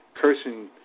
cursing